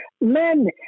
men